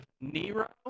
Nero